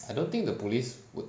I don't think the police would